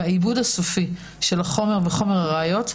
והעיבוד הסופי של החומר וחומר הראיות,